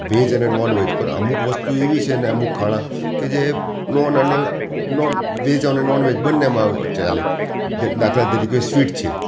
veg અને non veg પણ અમુક વસ્તુ એવી છે ને કે અમુક ખાણા કે જે નોન અને નોન વેજ અને નોનવેજ બંનેમાં વ ચાલે દાખલા તરીકે સ્વીટ છે